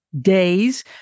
days